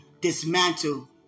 dismantle